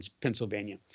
Pennsylvania